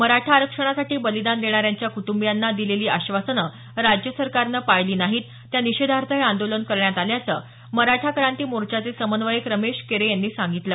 मराठा आरक्षणासाठी बलिदान देणाऱ्यांच्या कुटुंबियांना दिलेली आश्वासनं राज्य सरकारनं पाळली नाही त्या निषेधार्थ हे आंदोलन करण्यात आल्याचं मराठा क्रांती मोर्चाचे समन्वयक रमेश केरे यांनी सांगितलं